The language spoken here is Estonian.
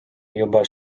juba